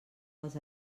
dels